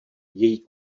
její